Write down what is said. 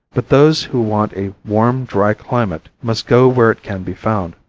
but those who want a warm, dry climate must go where it can be found.